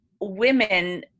women